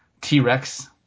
T-Rex